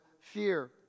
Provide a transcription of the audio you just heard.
fear